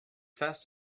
fast